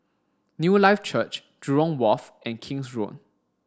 Newlife Church Jurong Wharf and King's Road